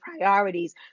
priorities